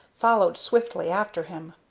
followed swiftly after him.